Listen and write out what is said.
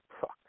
Fuck